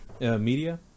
media